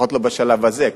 לפחות לא בשלב הזה,